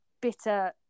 bitter